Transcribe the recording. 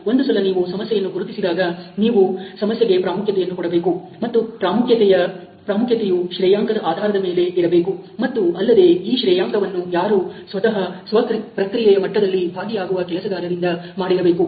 ಒಂದು ಸಲ ನೀವು ಸಮಸ್ಯೆಯನ್ನು ಗುರುತಿಸಿದಾಗ ನೀವು ಸಮಸ್ಯೆಗೆ ಪ್ರಾಮುಖ್ಯತೆಯನ್ನು ಕೊಡಬೇಕು ಮತ್ತು ಪ್ರಾಮುಖ್ಯತೆಯು ಶ್ರೇಯಾಂಕದ ಆಧಾರದ ಮೇಲೆ ಇರಬೇಕು ಮತ್ತು ಅಲ್ಲದೆ ಈ ಶ್ರೇಯಾಂಕವನ್ನು ಯಾರು ಸ್ವತಹ ಪ್ರಕ್ರಿಯೆಯ ಮಟ್ಟದಲ್ಲಿ ಭಾಗಿಯಾಗಿರುವ ಕೆಲಸಗಾರರಿಂದ ಮಾಡಿರಬೇಕು